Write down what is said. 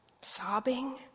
sobbing